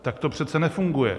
Tak to přece nefunguje.